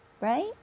right